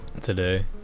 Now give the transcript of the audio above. Today